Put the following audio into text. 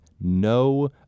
no